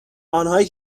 آنهایی